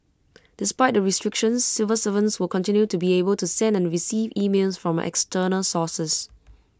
despite the restrictions civil servants will continue to be able to send and receive emails from external sources